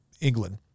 England